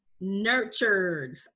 nurtured